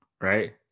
Right